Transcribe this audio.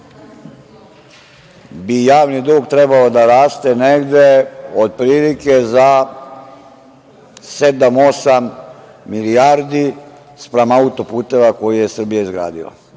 bi javni dug trebalo da raste negde otprilike za 7-8 milijardi spram auto-puteva koje je Srbija izgradila.